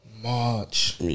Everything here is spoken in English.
March